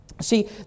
See